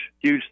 huge